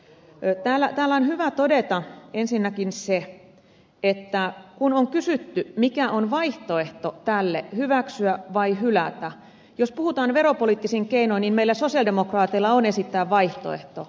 täällä on hyvä todeta ensinnäkin se kun on kysytty mikä on vaihtoehto tälle hyväksyä vai hylätä että jos puhutaan veropoliittisin keinoin niin meillä sosialidemokraateilla on esittää vaihtoehto